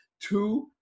two